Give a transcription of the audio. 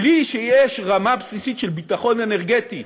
בלי שיש רמה בסיסית של ביטחון אנרגטי